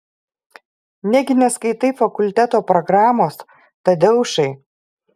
negi neskaitai fakulteto programos tadeušai